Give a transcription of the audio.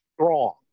strong